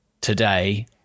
today